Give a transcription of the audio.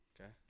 okay